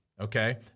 okay